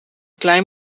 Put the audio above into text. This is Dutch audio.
klein